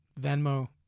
Venmo